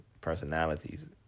personalities